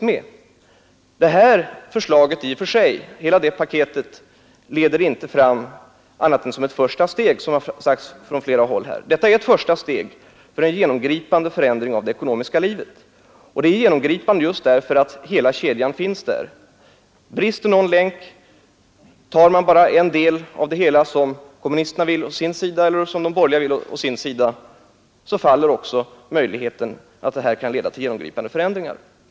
Hela det paket som nu föreslås innebär inte annat än ett första steg, som det har sagts från alla håll under debatten. Det är ett första steg till en genomgripande förändring av det ekonomiska livet, och det är genomgripande därför att det omfattar hela kedjan. Brister en länk — genomför man bara en del av den, som kommunisterna å sin sida och de borgerliga å sin sida vill göra — faller också möjligheten av genomgripande förändringar.